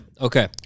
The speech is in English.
okay